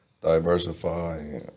diversify